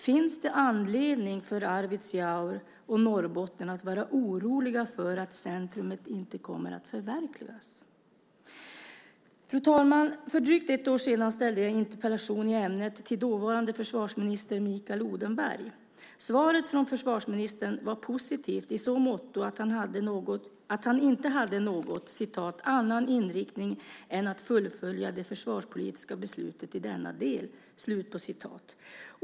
Finns det anledning för Arvidsjaur och Norrbotten att vara oroliga för att beslutet om centrumet inte kommer att förverkligas? Fru talman! För drygt ett år sedan ställde jag en interpellation i ämnet till dåvarande försvarsminister Mikael Odenberg. Svaret från försvarsministern var positivt i så måtto att han inte hade "någon annan inriktning än att fullfölja det försvarspolitiska beslutet i denna del".